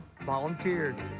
volunteered